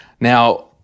Now-